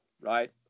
right